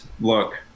look